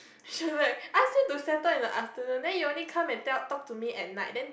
she was like ask you to settle in the afternoon then you only come to tell talk to me at night then